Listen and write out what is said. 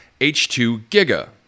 H2GIGA